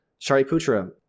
Shariputra